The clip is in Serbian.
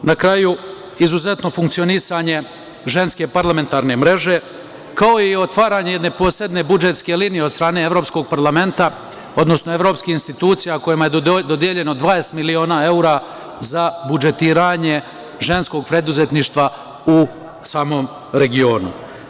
Na kraju, izuzetno funkcionisanje Ženske parlamentarne mreže, kao i otvaranje jedne posebne budžetske linije od strane Evropskog parlamenta, odnosno evropskih institucija kojima je dodeljeno 20 miliona evra za budžetiranje ženskog preduzetništva u samom regionu.